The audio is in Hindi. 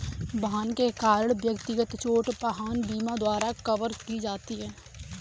वाहन के कारण व्यक्तिगत चोट वाहन बीमा द्वारा कवर की जाती है